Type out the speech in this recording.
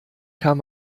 kam